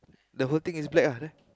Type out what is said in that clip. the whole thing is black ah there